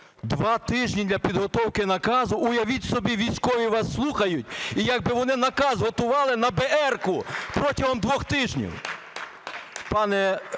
два тижні для підготовки наказу, уявіть собі, військові вас слухаються, і якби вони наказ готували на беерку протягом двох тижнів!